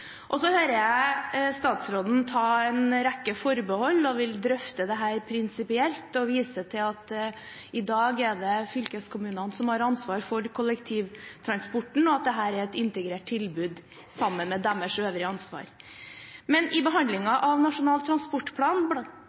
hører statsråden ta en rekke forbehold, at han vil drøfte dette prinsipielt og viser til at det i dag er fylkeskommunene som har ansvaret for kollektivtransporten, og at dette er et integrert tilbud, sammen med deres øvrige ansvar. Men i bl.a. behandlingen av Nasjonal transportplan